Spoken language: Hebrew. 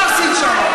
מה עשית שם?